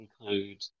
include